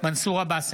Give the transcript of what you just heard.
מנסור עבאס,